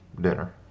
dinner